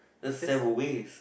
that's Sembwaste